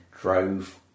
drove